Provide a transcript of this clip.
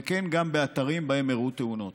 וכן, גם באתרים שבהם אירעו תאונות.